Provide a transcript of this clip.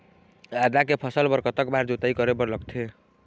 आदा के फसल बर कतक बार जोताई करे बर लगथे?